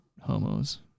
homos